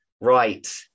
Right